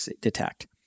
detect